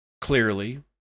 Clearly